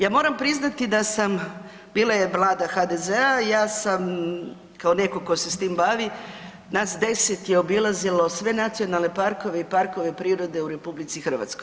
Ja moram priznati da sam, bila je Vlada HDZ-a, ja sam kao neko ko se s tim bavi, nas 10 je obilazilo sve nacionalne parkove i parkove prirode u RH.